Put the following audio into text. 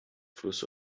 fluss